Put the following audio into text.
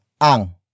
ang